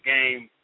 Game